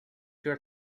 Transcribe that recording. your